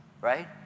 right